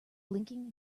blinking